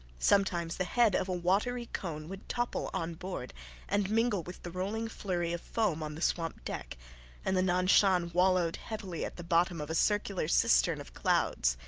sometimes the head of a watery cone would topple on board and mingle with the rolling flurry of foam on the swamped deck and the nan-shan wallowed heavily at the bottom of a circular cistern of clouds.